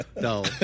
No